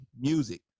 music